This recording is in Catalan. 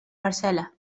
parcel·la